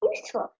useful